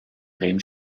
rem